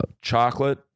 Chocolate